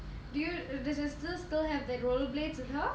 do you does your sister still have that roller blades with her